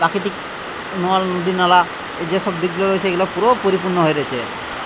প্রাকৃতিক নদ নদীনালা যেসব দিকগুলো রয়েছে এগুলো পুরো পরিপূর্ণ হয়ে রয়েছে